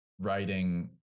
writing